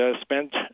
spent